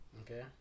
okay